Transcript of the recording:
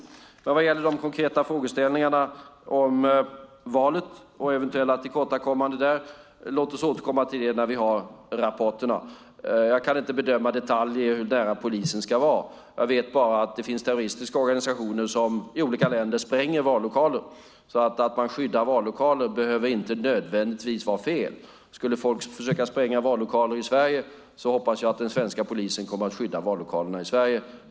Låt oss vad gäller de konkreta frågeställningarna och eventuella tillkortakommanden där återkomma när vi har rapporterna. Jag kan inte bedöma i detalj hur nära polisen ska vara. Jag vet bara att det finns terroristiska organisationer som i olika länder spränger vallokaler. Att man skyddar vallokaler behöver inte nödvändigtvis vara fel. Skulle folk försöka spränga våra vallokaler i Sverige hoppas jag att den svenska polisen kommer att skydda vallokalerna i Sverige.